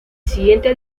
siguiente